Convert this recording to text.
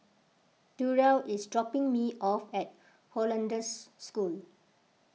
Durell is dropping me off at Hollandse School